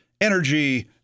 energy